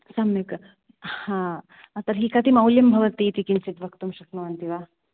सम्यक् आम् तर्हि कति मौल्यं भवति इति किञ्चित् वक्तुं शक्नुवन्ति वा